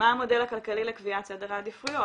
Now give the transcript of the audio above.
מה המודל הכלכלי לקביעת סדר העדיפויות.